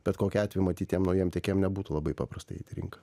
bet kokiu atveju matyt tiem naujiem tiekėjam nebūtų labai paprasta įeit į rinką